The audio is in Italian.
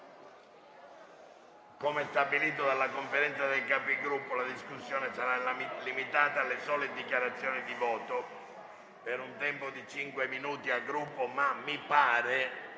Come stabilito dalla Conferenza dei Capigruppo, la discussione sarà limitata alle sole dichiarazioni di voto per un tempo di cinque minuti a Gruppo. Mi sembra